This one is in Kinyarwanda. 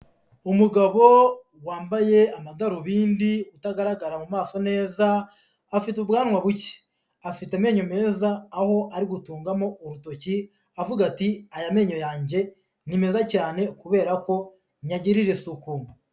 Umugabo wambaye amadarubindi utagaragara mu maso neza, afite ubwanwa buke, afite amenyo meza aho ari gutungamo urutoki, avuga ati aya menyo yanjye ni meza cyane kubera ko nyagirira isuku.